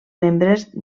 membres